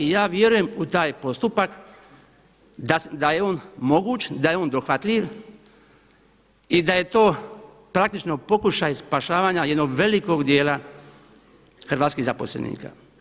I ja vjerujem u taj postupak da je on moguć, da je on dohvatljiv i da je to praktično pokušaj spašavanja jednog velikog dijela hrvatskih zaposlenika.